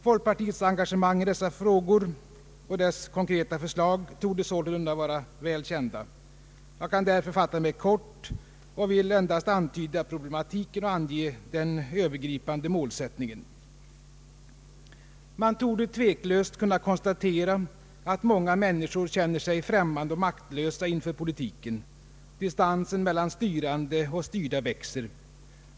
Folkpartiets engagemang i dessa frågor och dess konkreta förslag torde sålunda vara väl kända. Jag kan därför fatta mig kort och vill endast antyda problematiken och ange den övergripande målsättningen. Man torde tveklöst kunna konstatera att många människor känner sig främmande och maktlösa inför politiken. Distansen mellan styrande och styrda växer.